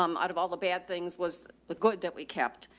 um out of all the bad things was the good that we kept.